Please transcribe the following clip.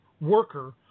worker